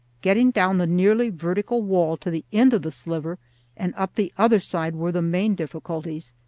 getting down the nearly vertical wall to the end of the sliver and up the other side were the main difficulties,